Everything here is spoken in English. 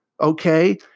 Okay